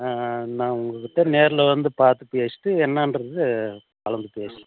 ஆ ஆ நான் உங்கள்கிட்ட நேரில் வந்து பார்த்து பேசிவிட்டு என்னான்றதை கலந்து பேசுகிறேன்